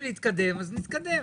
להתקדם, נתקדם.